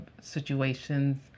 situations